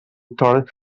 torn